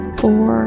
four